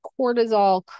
cortisol